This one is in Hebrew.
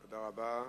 תודה רבה.